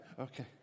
Okay